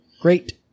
Great